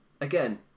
again